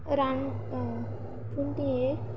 पूण तीं एक